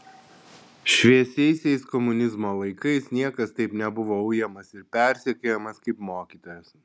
šviesiaisiais komunizmo laikais niekas taip nebuvo ujamas ir persekiojamas kaip mokytojas